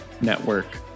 Network